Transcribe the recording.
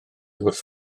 wrth